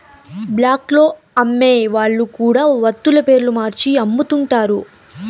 black లో అమ్మే వాళ్ళు కూడా వత్తుల పేర్లు మార్చి అమ్ముతుంటారు